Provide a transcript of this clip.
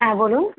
হ্যাঁ বলুন